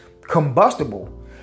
combustible